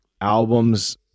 albums